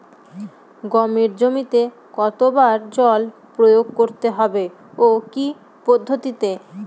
গমের জমিতে কতো বার জল প্রয়োগ করতে হবে ও কি পদ্ধতিতে?